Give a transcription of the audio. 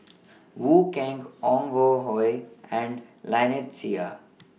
Wong Keen Ong Ah Hoi and Lynnette Seah